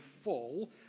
full